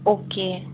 okay